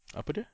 apa dia